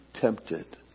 tempted